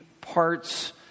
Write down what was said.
parts